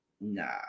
Nah